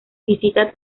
visita